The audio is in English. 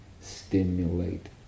stimulate